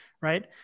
right